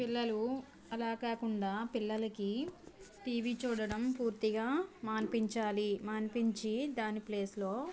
పిల్లలు అలా కాకుండా పిల్లలకి టీవీ చూడడం పూర్తిగా మాన్పించాలి మాన్పించి దాని ప్లేస్లో